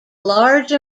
large